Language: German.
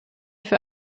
für